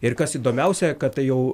ir kas įdomiausia kad tai jau